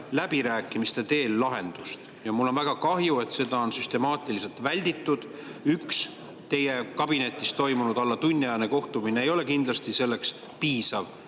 läbirääkimiste teel. Mul on väga kahju, et seda on süstemaatiliselt välditud. Üks teie kabinetis toimunud alla tunniajane kohtumine ei ole kindlasti selleks piisav,